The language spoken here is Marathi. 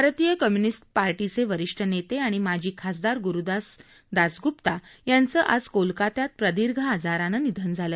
भारतीय कम्युनिस्ट पार्टीचे वरिष्ठ नेते आणि माजी खासदार गुरुदास दास गुप्ता यांचं आज कोलकात्यात प्रदीर्घ आजारानं निधन झालं